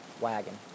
wagon